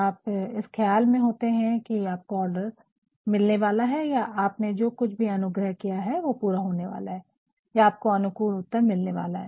आप इस ख्याल में होते है की आपको आर्डर मिलने वाला है या आपने जो कुछ भी अनुग्रह किया है वो पूरा होने वाला है या आपको अनुकूल उत्तर मिलने वाला है